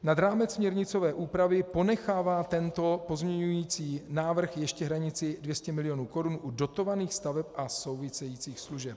Nad rámec směrnicové úpravy ponechává tento pozměňující návrh ještě hranici 200 milionů korun u dotovaných staveb a souvisejících služeb.